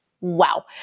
wow